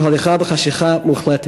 זו הליכה בחשכה מוחלטת,